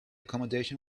accommodation